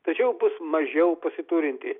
tačiau bus mažiau pasiturinti